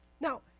Now